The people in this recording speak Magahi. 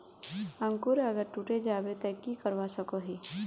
अंकूर अगर टूटे जाबे ते की करवा सकोहो ही?